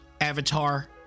Avatar